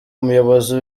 umuyobozi